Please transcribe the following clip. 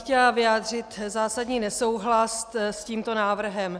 Chtěla bych vyjádřit zásadní nesouhlas s tímto návrhem.